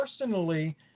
personally